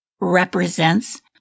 represents